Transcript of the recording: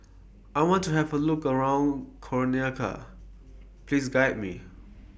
I want to Have A Look around Conakry Please Guide Me